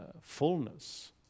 fullness